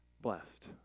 blessed